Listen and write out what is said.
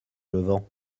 levant